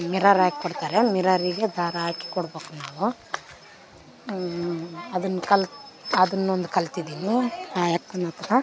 mirror ಹಾಕ್ ಕೊಡ್ತಾರೆ ಮೀರರಿಗೆ ದಾರ ಹಾಕ್ ಕೊಡ್ಬೇಕು ನಾವು ಅದನ್ ಕಲಿ ಅದನ್ನೊಂದು ಕಲ್ತಿದೀನಿ ಆ ಅಕ್ಕನಹತ್ರ